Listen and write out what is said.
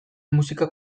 musika